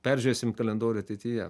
peržiūrėsim kalendorių ateityje